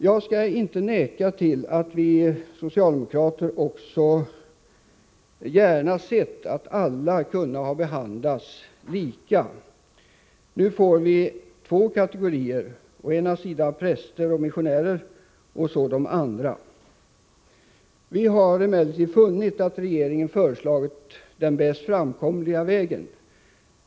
Jag skall inte neka till att vi socialdemokrater också gärna sett att alla hade kunnat behandlas lika. Nu får vi två kategorier, å ena sidan präster och missionärer, å andra sidan de övriga. Vi har emellertid funnit att regeringen har föreslagit den mest framkomliga vägen.